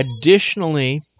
Additionally